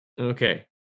Okay